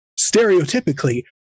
stereotypically